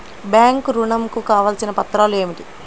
Bank ఋణం కు కావలసిన పత్రాలు ఏమిటి?